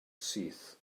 syth